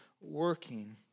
working